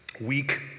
weak